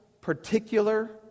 particular